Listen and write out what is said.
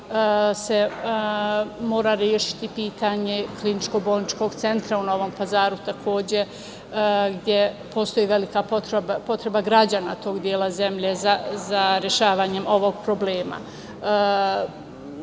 se mora rešiti pitanje kliničko-bolničkog centra u Novom Pazaru, a gde postoji velika potreba građana tog dela zemlje za rešavanjem ovog problema. Nadam